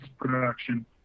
production